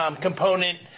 Component